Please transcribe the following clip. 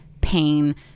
pain